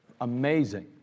amazing